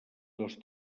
dos